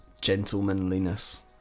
gentlemanliness